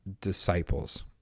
disciples